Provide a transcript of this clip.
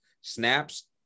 snaps